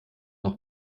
noch